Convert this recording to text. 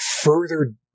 further